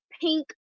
pink